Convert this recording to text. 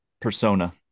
persona